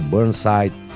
Burnside